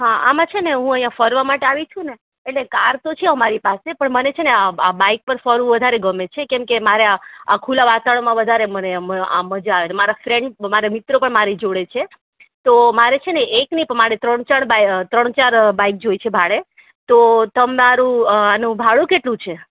હા આમાં છે ને હું અહીંયા ફરવા માટે આવી છું ને એટલે કાર તો છે અમારી પાસે પણ મને છે ને બાઈક પર ફરવું વધારે ગમે છે કેમ કે મારે આ આ ખુલ્લા વાતાવરણમાં વધારે મને આમ આમ મજા આવે છે મારા ફ્રેન્ડ્સ મારા મિત્રો પણ મારી જોડે છે તો મારે છે ને એક નહીં પણ મારે ત્રણ ચાર બાઈ ત્રણ ચાર બાઈક જોઈએ છે તો તમારું આનું ભાડું કેટલું છે